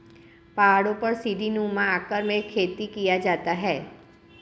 पहाड़ों पर सीढ़ीनुमा आकार में खेती किया जाता है